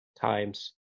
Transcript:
time's